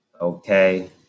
okay